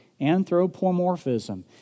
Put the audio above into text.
anthropomorphism